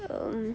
err